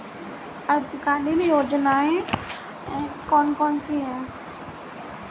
अल्पकालीन योजनाएं कौन कौन सी हैं?